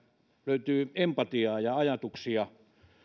löytyy empatiaa ja ajatuksia